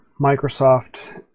Microsoft